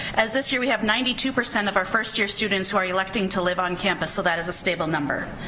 as this year we have ninety two percent of our first year students who are electing to live on campus. so that is a stable number.